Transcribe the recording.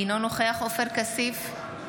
אינו נוכח עופר כסיף,